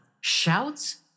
shouts